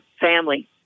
family